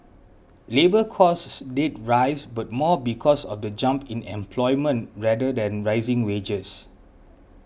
labour costs did rise but more because of the jump in employment rather than rising wages